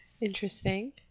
Interesting